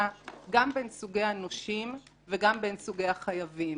גם בין סוגי הנושים וגם בין סוגי החייבים.